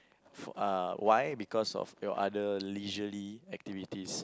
f~ uh why because of your other leisurely activities